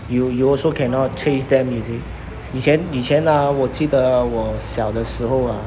you you also cannot chase them you see 以前以前 ah 我记得我小的时候 ah